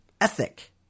ethic